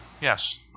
Yes